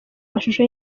mashusho